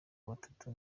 batatu